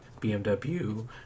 BMW